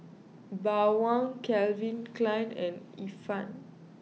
Bawang Calvin Klein and Ifan